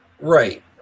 Right